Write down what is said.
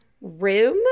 room